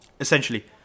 essentially